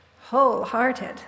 wholehearted